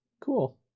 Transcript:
Cool